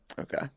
Okay